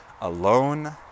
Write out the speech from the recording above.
alone